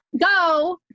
go